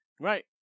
right